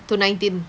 to nineteeth